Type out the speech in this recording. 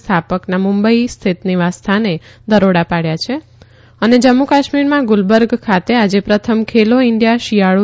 સ્થાપકના મુંબઈ સ્થિત નિવાસ સ્થાન દરોડા પાડ્યા છ જમ્મુ કાશ્મીરમાં ગુલબર્ગ ખાત આજે પ્રથમ ખભો ઇન્ડિયા શિયાળુ